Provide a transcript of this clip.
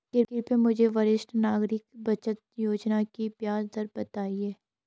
कृपया मुझे वरिष्ठ नागरिक बचत योजना की ब्याज दर बताएँ